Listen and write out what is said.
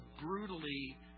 brutally